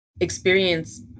experience